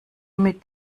mit